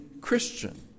Christian